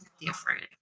different